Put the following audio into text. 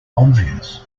obvious